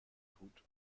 tut